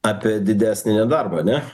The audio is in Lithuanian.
apie didesnį nedarbą ar ne